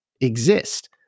exist